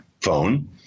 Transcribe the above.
phone